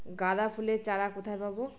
গাঁদা ফুলের চারা কোথায় পাবো?